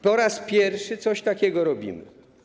Po raz pierwszy coś takiego robimy.